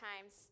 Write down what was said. times